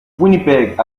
winnipeg